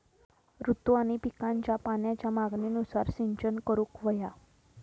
ऋतू आणि पिकांच्या पाण्याच्या मागणीनुसार सिंचन करूक व्हया